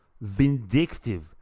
vindictive